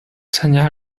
参加